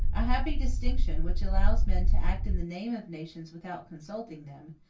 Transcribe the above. a happy distinction, which allows men to act in the name of nations without consulting them,